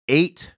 eight